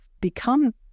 become